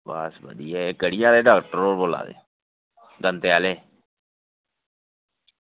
बस बधिया एह् गढ़ी आह्ले डॉक्टर होर बोल्ला दे दंदें आह्ले